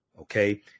okay